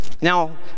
Now